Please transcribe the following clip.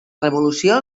revolució